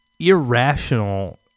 irrational